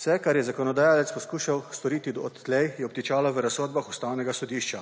Vse, kar je zakonodajalec poskušal storiti odtlej, je obtičalo v razsodbah Ustavnega sodišča.